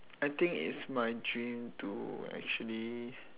I think it's my dream to actually